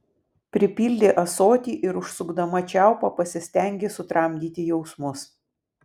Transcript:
pripildė ąsotį ir užsukdama čiaupą pasistengė sutramdyti jausmus